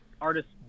artists